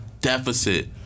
deficit